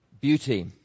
beauty